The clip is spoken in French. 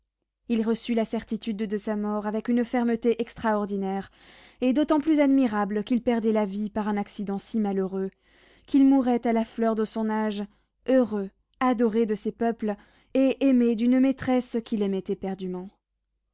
il reçut la certitude de sa mort avec une fermeté extraordinaire et d'autant plus admirable qu'il perdait la vie par un accident si malheureux qu'il mourait à la fleur de son âge heureux adoré de ses peuples et aimé d'une maîtresse qu'il aimait éperdument